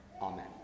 Amen